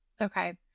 Okay